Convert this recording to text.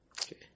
Okay